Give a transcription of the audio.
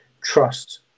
trust